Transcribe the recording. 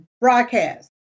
broadcast